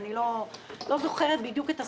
אני לא זוכרת בדיוק את הסכום,